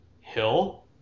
hill